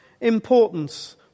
importance